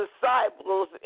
disciples